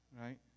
Right